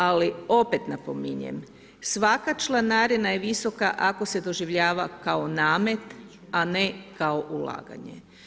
Ali opet napominjem, svaka članarina je visoka ako se doživljava kao namet, a ne kao ulaganje.